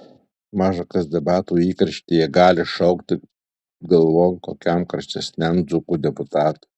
maža kas debatų įkarštyje gali šauti galvon kokiam karštesniam dzūkų deputatui